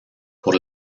por